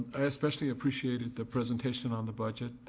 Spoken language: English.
i especially appreciated the presentation on the budget.